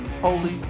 holy